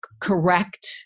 correct